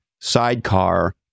sidecar